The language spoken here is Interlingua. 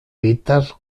peter